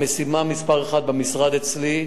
המשימה מספר אחת במשרד אצלי,